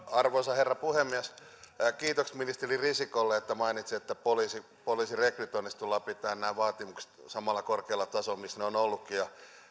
arvoisa herra puhemies kiitokset ministeri risikolle kun hän mainitsi että poliisin rekrytoinnissa tullaan pitämään nämä vaatimukset samalla korkealla tasolla missä ne ovat olleetkin